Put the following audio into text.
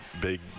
big